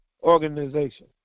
organization